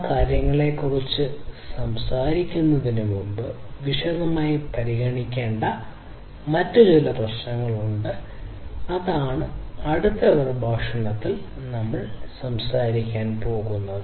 ആ കാര്യങ്ങളെക്കുറിച്ച് സംസാരിക്കുന്നതിന് മുമ്പ് വിശദമായി പരിഗണിക്കേണ്ട മറ്റ് ചില പ്രശ്നങ്ങളുണ്ട് അതാണ് അടുത്ത പ്രഭാഷണത്തിൽ നമ്മൾ സംസാരിക്കാൻ പോകുന്നത്